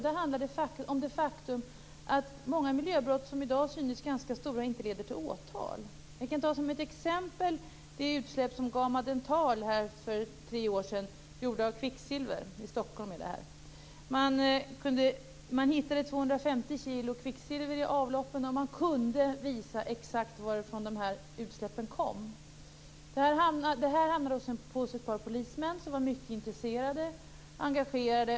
Det handlar om det faktum att många miljöbrott som i dag synes ganska stora inte leder till åtal. Låt mig som exempel nämna det kvicksilverutsläpp som GAMA Dental gjorde för tre år sedan här i Stockholm. Man hittade 250 kilo kvicksilver i avloppen, och man kunde visa exakt varifrån de utsläppen kom. Fallet hamnade hos ett par polismän som var mycket intresserade och engagerade.